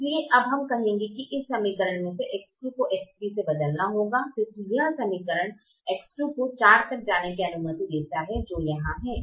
इसलिए अब हम कहेंगे कि इस समीकरण मे से X2 को X3 से बदलना होगा क्योंकि यह समीकरण X2 को 4 तक जाने की अनुमति देता है जो यहाँ है